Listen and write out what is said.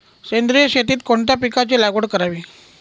सेंद्रिय शेतीत कोणत्या पिकाची लागवड करावी?